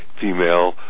female